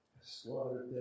slaughtered